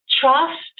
trust